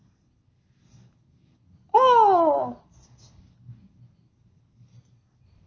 oh